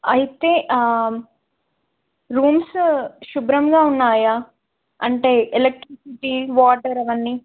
అయితే రూమ్స్ శుభ్రంగా ఉన్నాయా అంటే ఎలక్ట్రిసిటీ వాటర్ అవన్నీ